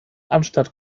anstatt